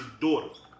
daughter